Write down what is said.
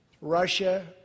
Russia